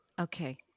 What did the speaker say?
Okay